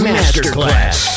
Masterclass